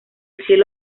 cielo